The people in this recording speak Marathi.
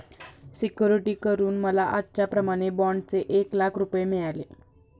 सिक्युरिटी करून मला आजच्याप्रमाणे बाँडचे एक लाख रुपये मिळाले